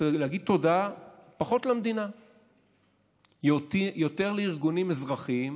להגיד תודה פחות למדינה ויותר לארגונים אזרחיים,